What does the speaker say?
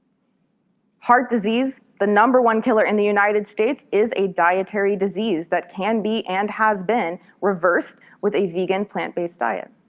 heart disease, the number one killer in the united states, is a dietary disease that can be and has been reversed with a vegan, plant-based diet.